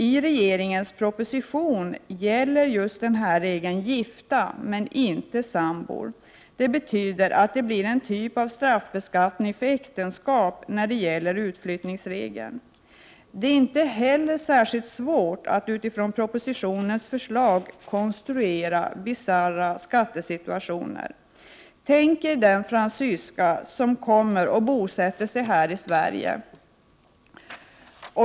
I regeringens proposition gäller regeln gifta men inte sambor. Det betyder att det blir en typ av straffbeskattning för äktenskap när det gäller utflyttningsregeln. Det är inte särskilt svårt att utifrån propositionens förslag konstruera bisarra skattesituationer. Tänk er en fransyska som bosätter sig i Sverige.